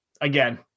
Again